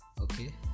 okay